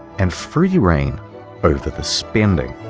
and free rein over the spending.